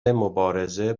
مبارزه